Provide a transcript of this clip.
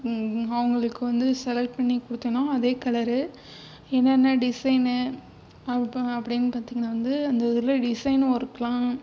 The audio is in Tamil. அவர்களுக்கு வந்து செலக்ட் பண்ணி கொடுத்தேனா அதே கலரு என்னென்ன டிசைனு அப் அப்படின்னு பார்த்திங்ன்னா வந்து அந்த இதில் டிசைன்னு ஒர்கெலாம்